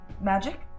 magic